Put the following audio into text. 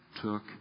took